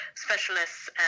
specialists